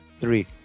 three